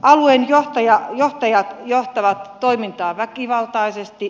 alueen johtajat johtavat toimintaa väkivaltaisesti